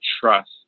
trust